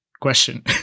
question